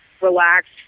relaxed